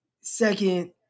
second